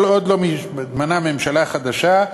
כל עוד לא מתמנה ממשלה חדשה,